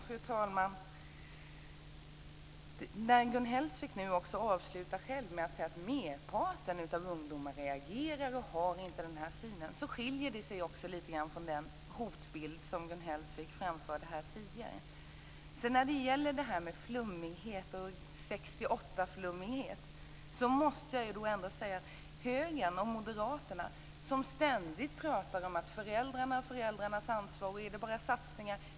Fru talman! När Gun Hellsvik själv avslutar med att säga att merparten av ungdomarna reagerar och inte har den synen skiljer det sig lite grann från den hotbild som Gun Hellsvik framförde här tidigare. När det gäller 68-flummighet måste jag säga något om högern och moderaterna, som ständigt pratar om föräldrarna och föräldrarnas ansvar.